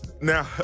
now